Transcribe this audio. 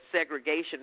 segregation